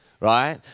right